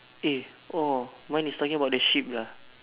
eh oh mine is talking about the sheep lah